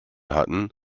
hatten